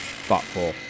thoughtful